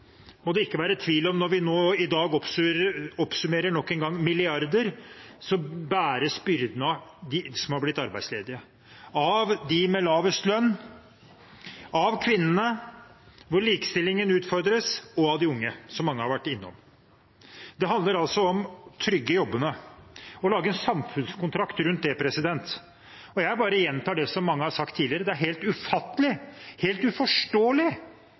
må det ikke være tvil om. Når vi nå i dag nok en gang oppsummerer milliarder, bæres byrdene av dem som er blitt arbeidsledige, av dem med lavest lønn, av kvinnene, hvor likestillingen utfordres, og av de unge, som mange har vært innom. Det handler altså om å trygge jobbene, å lage en samfunnskontrakt rundt det. Og jeg bare gjentar det som mange har sagt tidligere: